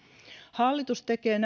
hallitus tekee